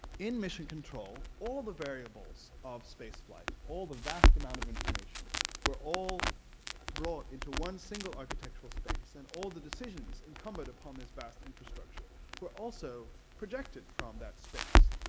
in mission control all the variables of space flight, all the vast amount of information were all brought into one single architectural space and all the decisions incumbent upon this vast infrastructure were also projected from that space.